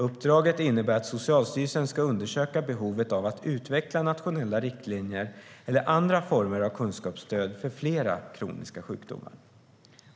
Uppdraget innebär att Socialstyrelsen ska undersöka behovet av att utveckla nationella riktlinjer eller andra former av kunskapsstöd för flera kroniska sjukdomar.